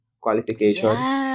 qualification